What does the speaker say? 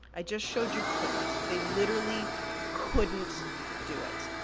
i just showed you couldn't, they literally couldn't do it.